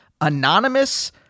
anonymous